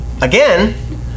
Again